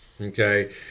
okay